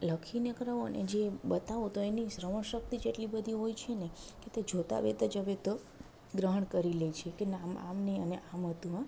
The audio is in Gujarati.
લખીને કરાવો ને જે બતાવો તો એની શ્રવણ શક્તિ જ એટલી બધી હોય છે ને કે તે જોતાં હવે તો ગ્રહણ કરી લે છે ના આમ નહીં અને આમ હતું